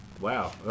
Wow